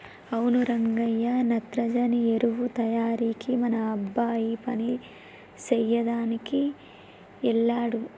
అవును రంగయ్య నత్రజని ఎరువు తయారీకి మన అబ్బాయి పని సెయ్యదనికి వెళ్ళాడు